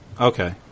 Okay